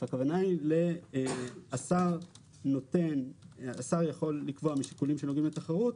הכוונה היא שהשר יכול לקבוע משיקולים שנוגעים לתחרות,